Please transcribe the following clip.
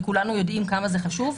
וכולנו יודעים כמה זה חשוב.